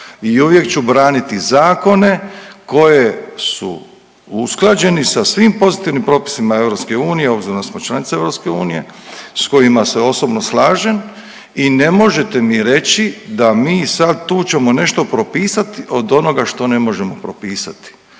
I uvijek ću braniti zakone koje su usklađeni sa svim pozitivnim propisima EU obzirom da smo članica EU, s kojima se osobno slažem i ne možete mi reći da mi sad tu ćemo nešto propisati od onoga što ne možemo propisati.